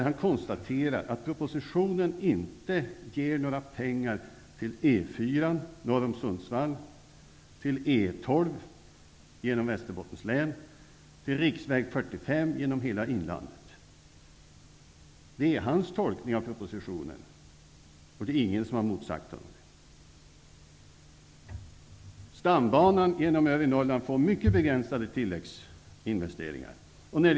Han konstaterar att propositionen inte innebär några pengar till E 4 norr om Sundsvall, till E 12 genom Västerbottens län eller till riksväg 45 genom hela inlandet. Det är hans tolkning av propositionen, och ingen har motsagt honom. I stambanan genom övre Norrland görs mycket begränsade tilläggsinvesteringar.